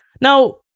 Now